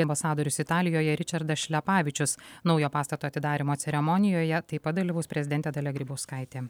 ambasadorius italijoje ričardas šlepavičius naujo pastato atidarymo ceremonijoje taip pat dalyvaus prezidentė dalia grybauskaitė